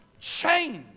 change